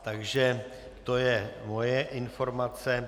Takže to je moje informace.